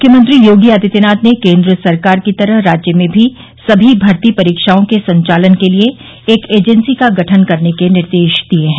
मुख्यमंत्री योगी आदित्यनाथ ने केन्द्र सरकार की तरह राज्य में भी समी भर्ती परीक्षाओं के संचालन के लिये एक एजेंसी का गठन करने के निर्देश दिये है